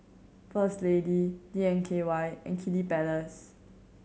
First Lady D N K Y and Kiddy Palace